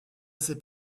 assez